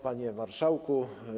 Panie Marszałku!